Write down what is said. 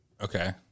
Okay